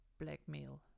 blackmail